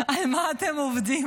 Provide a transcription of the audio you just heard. על מי אתם עובדים?